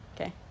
okay